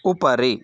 उपरि